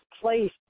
place